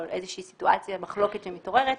או איזושהי מחלוקת שמתעוררת,